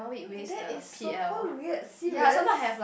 that is super weird serious